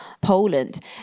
Poland